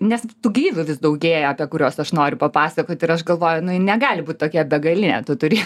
nes tų gyvių vis daugėja apie kuriuos aš noriu papasakoti ir aš galvoju na negali būti tokia begalinė tu turi